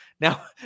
Now